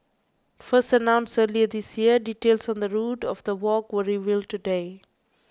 first announced earlier this year details on the route of the walk were revealed today